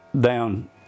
down